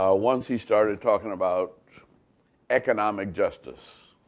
ah once he started talking about economic justice.